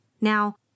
Now